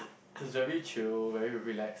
he's very chill very relax